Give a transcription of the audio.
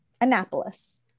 Annapolis